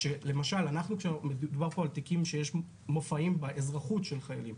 לפעמים מדובר על תיקים שיש מופעים באזרחות של חיילים.